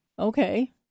Okay